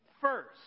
first